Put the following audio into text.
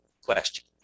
question